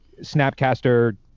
Snapcaster